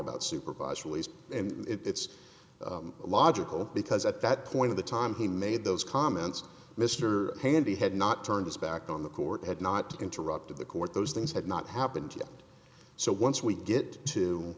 about supervised release and it's logical because at that point of the time he made those comments mr handy had not turned his back on the court had not interrupted the court those things had not happened yet so once we get to